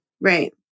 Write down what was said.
Right